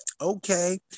okay